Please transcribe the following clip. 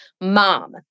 mom